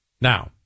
now